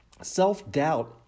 Self-doubt